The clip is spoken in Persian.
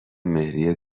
مهریه